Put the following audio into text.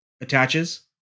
attaches